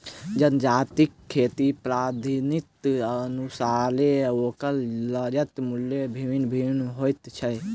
जजातिक खेती पद्धतिक अनुसारेँ ओकर लागत मूल्य भिन्न भिन्न होइत छै